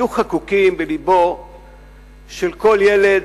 יהיו חקוקים בלבותיהם של כל ילד,